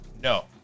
No